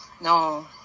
No